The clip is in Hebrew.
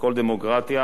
שבכל דמוקרטיה,